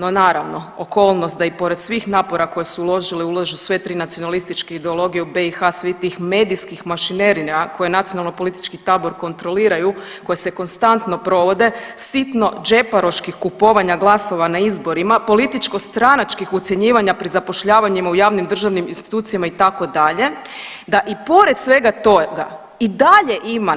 No naravno, okolnost da i pored svih napora koje su uložili ulažu sve tri nacionalističke ideologije u BiH svih tih medijskih mašinerija koje nacionalno politički tabor kontroliraju, koji se konstantno provode sitno džeparoških kupovanja glasova na izborima, političko stranačkih ucjenjivanja pri zapošljavanjima u javnim državnim institucijama itd., da i pored svega toga i dalje ima